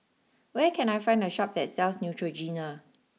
where can I find a Shop that sells Neutrogena